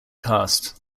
cast